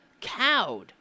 cowed